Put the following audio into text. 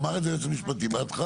אמר את זה היועץ המשפטי בהתחלה.